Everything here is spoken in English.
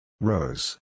Rose